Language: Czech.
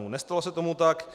Nestalo se to tak.